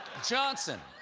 johnson.